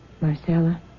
Marcella